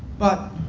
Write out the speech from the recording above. but,